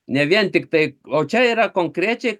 ne vien tiktai o čia yra konkrečiai